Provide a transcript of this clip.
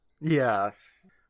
Yes